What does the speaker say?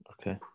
Okay